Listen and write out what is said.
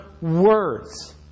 words